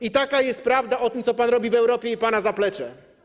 I taka jest prawda o tym, co pan robi w Europie, i pana zaplecze.